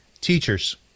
Teachers